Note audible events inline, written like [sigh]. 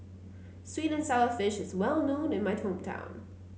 sweet and sour fish is well known in my [unintelligible]